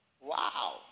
Wow